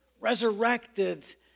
resurrected